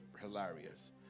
hilarious